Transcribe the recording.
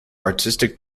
artistic